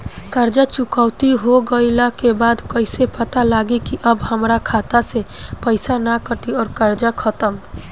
कर्जा चुकौती हो गइला के बाद कइसे पता लागी की अब हमरा खाता से पईसा ना कटी और कर्जा खत्म?